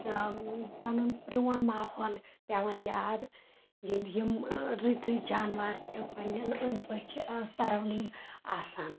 یا پَنُن پرٛون ماحول پیوان یاد ییٚلہِ یِم رٔتۍ رٔتۍ جانور چھِ پَنٕنٮ۪ن أنٛدۍ پٔکۍ سروانڈنگ آسان